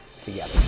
together